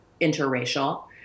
interracial